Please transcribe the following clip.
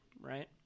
right